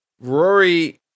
Rory